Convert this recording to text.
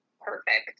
perfect